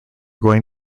going